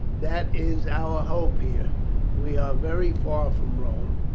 that is our hope here we are very far from rome.